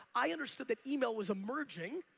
i understood that email was emerging.